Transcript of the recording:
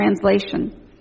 translation